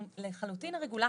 אנחנו לחלוטין הרגולטור,